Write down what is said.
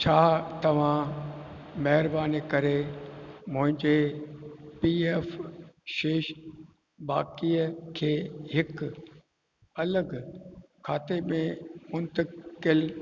छा तव्हां महिरबानी करे मुहिंजे पी एफ़ शेष बाक़ीअ खे हिकु अलॻि खाते में मुंतकिल